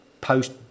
post